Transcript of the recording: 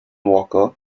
walker